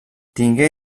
tingué